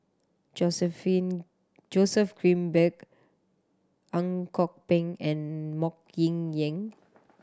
Joseph Joseph Grimberg Ang Kok Peng and Mok Kin Ying